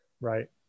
Right